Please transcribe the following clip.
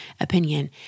opinion